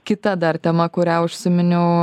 kita dar tema kurią užsiminiau